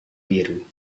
biru